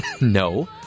No